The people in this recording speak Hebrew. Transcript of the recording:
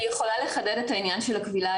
אני יכולה לחדד את העניין של הכבילה,